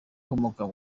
ukomoka